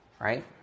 right